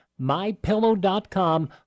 MyPillow.com